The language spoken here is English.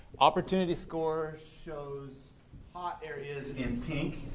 opportunity score shows hot areas in pink.